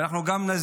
וגם אנחנו נזהיר: